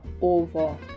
over